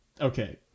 Okay